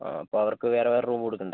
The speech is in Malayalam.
ആ അപ്പം അവർക്ക് വേറെ വേറെ റൂം കൊടുക്കേണ്ടേ